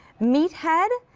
meathead,